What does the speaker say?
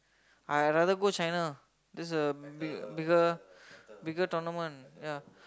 I rather go China this a bigger bigger tournament ya